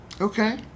Okay